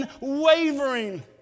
unwavering